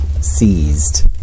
seized